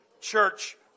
church